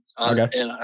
Okay